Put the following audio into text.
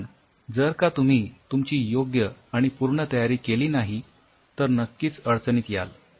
पण जर का तुम्ही तुमची योग्य आणि पूर्ण तयारी केली नाही तर नक्कीच अडचणीत याल